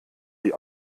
die